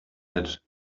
had